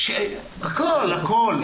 הכול, הכול.